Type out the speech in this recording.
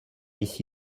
ici